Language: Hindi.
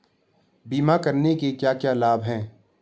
बीमा करने के क्या क्या लाभ हैं?